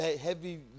heavy